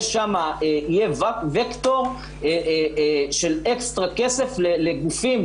יהיה שם וקטור של אקסטרה כסף לגופים,